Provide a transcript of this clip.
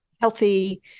healthy